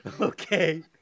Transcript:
Okay